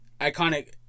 iconic